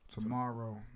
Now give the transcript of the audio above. Tomorrow